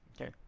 Okay